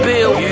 Bill